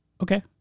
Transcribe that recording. Okay